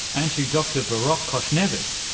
and to dr berok khoshnevis,